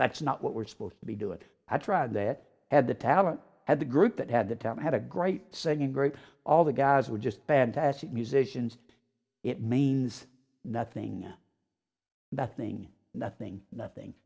that's not what we're supposed to be do it i tried it at the talent at the group that had the time i had a great singing group all the guys were just fantastic musicians it means nothing the thing nothing nothing